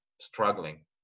struggling